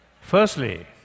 Firstly